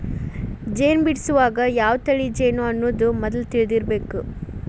ಜೇನ ಬಿಡಸುವಾಗ ಯಾವ ತಳಿ ಜೇನು ಅನ್ನುದ ಮದ್ಲ ತಿಳದಿರಬೇಕ